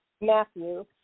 Matthew